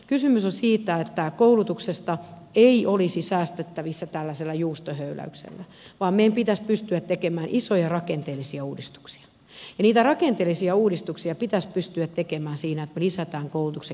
kysymys on siitä että koulutuksesta ei olisi säästettävissä tällaisella juustohöyläyksellä vaan meidän pitäisi pystyä tekemään isoja rakenteellisia uudistuksia ja niitä rakenteellisia uudistuksia pitäisi pystyä tekemään siinä että me lisäämme koulutuksen kentässä yhteistyötä